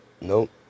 Nope